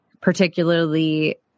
particularly